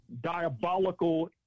diabolical